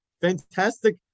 Fantastic